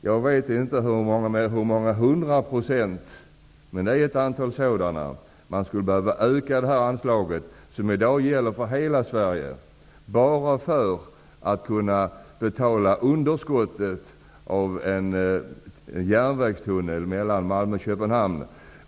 Jag vet inte med hur många hundra procent man skulle behöva öka det anslaget, som i dag gäller för hela Sverige, för att kunna betala underskottet av en järnvägstunnel mellan Malmö och Köpenhamn.